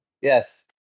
Yes